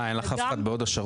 מה, אין לך אף אחד בהוד השרון?